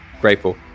grateful